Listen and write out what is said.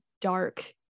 dark